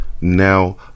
Now